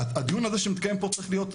הדיון הזה שמתקיים פה צריך להיות,